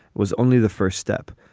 was only the first step.